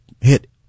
hit